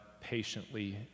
patiently